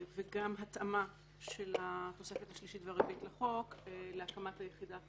וגם התאמה של התוספת השלישית והרביעית לחוק להקמת היחידה החדשה.